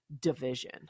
division